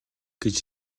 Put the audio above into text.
гэж